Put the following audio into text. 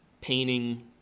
painting